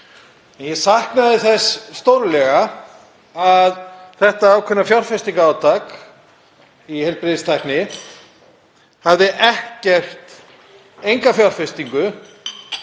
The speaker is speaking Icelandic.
Ég saknaði þess stórlega að þetta ákveðna fjárfestingarátak í heilbrigðistækni hafði enga einkafjárfestingu